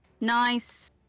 Nice